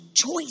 Choice